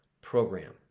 program